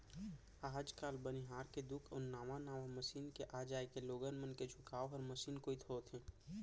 आज काल बनिहार के दुख अउ नावा नावा मसीन के आ जाए के लोगन मन के झुकाव हर मसीने कोइत होथे